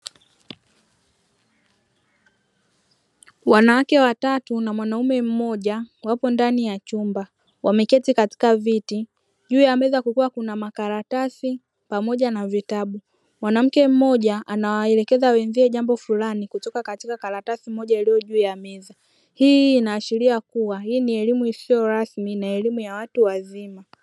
Wanawake watatu na mwanaume mmoja wapo ndani ya chumba. Wameketi katika viti juu ya meza kukiwa kuna makaratasi pamoja na vitabu. Mwanamke mmoja anawaelekeza wenzie jambo fulani kutoka katika karatasi moja iliyo juu ya meza. Hii inaashiria kuwa hii ni elimu isiyo rasmi na elimu ya watu wazima.